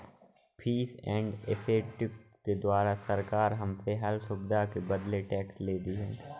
fees and effective के द्वारा सरकार हमसे हर सुविधा के बदले टैक्स लेती है